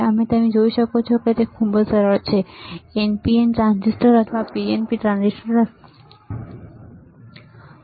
તમે અહીં જોઈ શકો છો તે ખૂબ જ સરળ છે NPN ટ્રાન્ઝિસ્ટર અથવા PNP transistor NPN PNP transistor